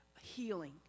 healing